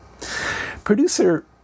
Producer